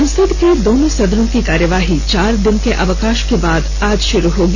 संसद के दोनों सदनों की कार्यवाही चार दिन के अवकाश के बाद आज श्रू होगी